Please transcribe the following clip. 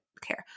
care